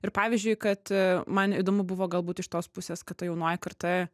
ir pavyzdžiui kad man įdomu buvo galbūt iš tos pusės kad ta jaunoji karta